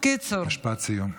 משפט סיום.